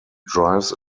drives